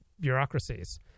bureaucracies